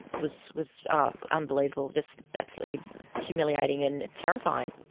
was was unbelievable, just absolutely humiliating and terrifying.